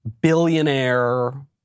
billionaire